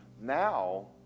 Now